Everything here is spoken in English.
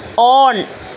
on